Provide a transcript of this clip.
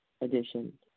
edition